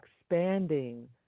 expanding